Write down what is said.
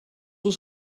ist